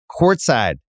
courtside